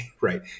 Right